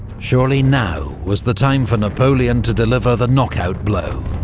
surely now was the time for napoleon to deliver the knockout blow.